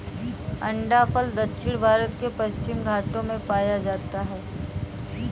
अंडाफल दक्षिण भारत के पश्चिमी घाटों में पाया जाता है